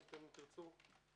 אם תרצו.